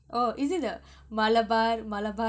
oh is it the malabar malabar gold that one